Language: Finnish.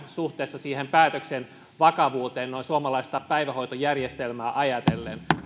suhteessa päätöksen vakavuuteen suomalaista päivähoitojärjestelmää ajatellen